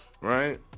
right